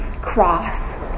cross